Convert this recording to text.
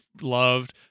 loved